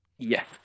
Yes